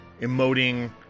emoting